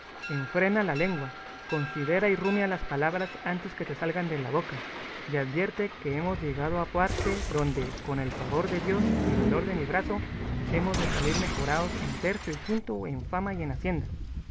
en truhán desgraciado enfrena la lengua considera y rumia las palabras antes que te salgan de la boca y advierte que hemos llegado a parte donde con el favor de dios y valor de mi brazo hemos de salir mejorados en tercio y quinto en fama y en hacienda